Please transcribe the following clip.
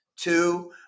Two